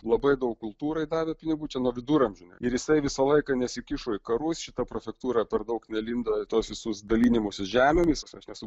labai daug kultūrai davė pinigų čia nuo viduramžių ir jisai visą laiką nesikišo į karus šita prefektūra per daug nelindo į tuos visus dalinimosi žemėmis aš nesu